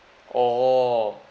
oh